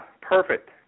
Perfect